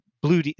blue